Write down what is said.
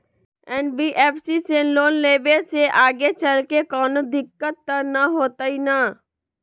NBFC से loan लेबे से आगेचलके कौनो दिक्कत त न होतई न?